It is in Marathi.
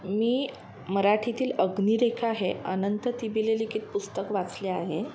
मी मराठीतील अग्निरेखा हे अनंत तिबिले लिखित पुस्तक वाचले आहे